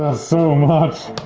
ah so much.